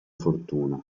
fortuna